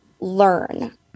learn